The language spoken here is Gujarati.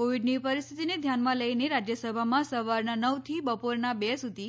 કોવિડની પરિસ્થિતી ધ્યાનમાં લઈને રાજ્યસભામાં સવારનાં નવથી બપોરનાં બે સુધી